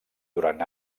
durat